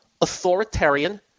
authoritarian